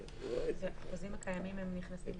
חוזים קיימים נכנסים בתוך זה?